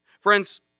Friends